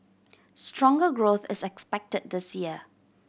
stronger growth is expected this year